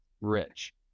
rich